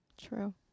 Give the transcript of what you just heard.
True